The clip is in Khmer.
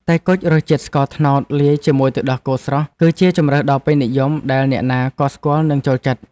តែគុជរសជាតិស្ករត្នោតលាយជាមួយទឹកដោះគោស្រស់គឺជាជម្រើសដ៏ពេញនិយមដែលអ្នកណាក៏ស្គាល់និងចូលចិត្ត។